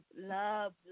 Love